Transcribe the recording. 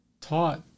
taught